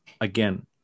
again